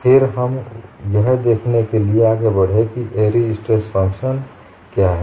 फिर हम यह देखने के लिए आगे बढ़े कि एअरी स्ट्रेस फलन दृष्टिकोण क्या है